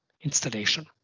installation